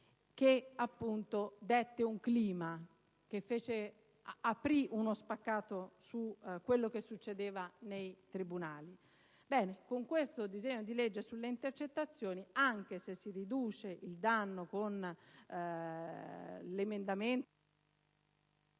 che, appunto, aprì uno spaccato su ciò che succedeva nei tribunali. Ebbene, con questo disegno di legge sulle intercettazioni, anche se si riduce il danno con l'emendamento...